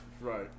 Right